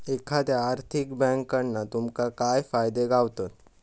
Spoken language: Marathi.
एखाद्या आर्थिक बँककडना तुमका काय फायदे गावतत?